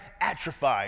atrophied